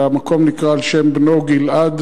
והמקום נקרא על שם בנו גלעד,